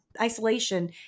isolation